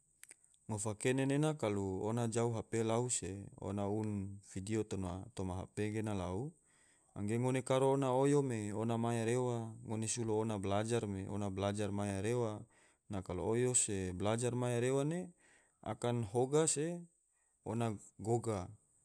Ngofa kene nena kalu ona jau hp lau se ona uni vidio toma hp gena lau anggena lau angge ngone karo ona oyo me maya rewa, ngone sulo ona balajar me ona maya rewa, kalo sulo oyo se balajar maya rewa ne, akan hoga se ona goga